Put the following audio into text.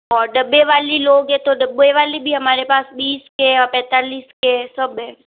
और डब्बे वाली लोगे तो डब्बे वाली भी हमारे पास बीस के या पैंतालीस के सब हैं